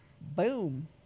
Boom